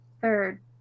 third